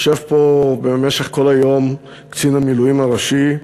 יושב פה במשך כל היום קצין המילואים הראשי,